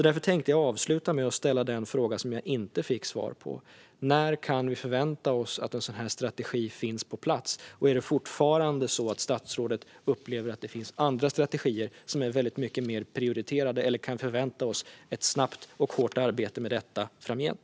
Därför tänkte jag avsluta med att ställa den fråga som jag inte fick svar på: När kan vi förvänta oss att en sådan strategi finns på plats, och är det fortfarande så att statsrådet upplever att det finns andra strategier som är mycket mer prioriterade? Kan vi förvänta oss ett snabbt och hårt arbete med detta framgent?